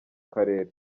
karere